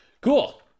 Cool